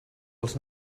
els